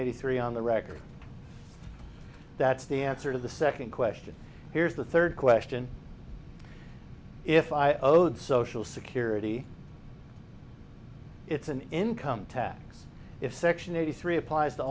eighty three on the record that's the answer to the second question here's the third question if i owed social security it's an income tax if section eighty three applies to